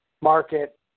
market